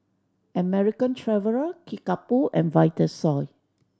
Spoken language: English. American Traveller Kickapoo and Vitasoy